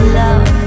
love